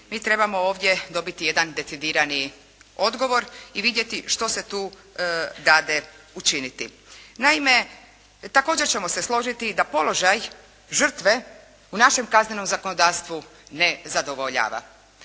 mi trebamo ovdje dobiti jedan decidirani odgovori i vidjeti što se tu dade učiniti. Naime, također ćemo se složiti da položaj žrtve u našem kaznenom zakonodavstvu ne zadovoljava.